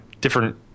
different